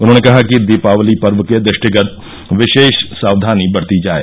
उन्होंने कहा कि दीपावली पर्व के दृष्टिगत विशेष साक्यानी बरती जाए